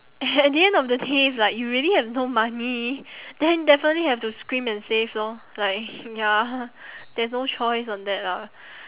at the end of the day if like you really have no money then definitely have to scrimp and save lor like ya there's no choice on that ah